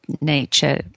nature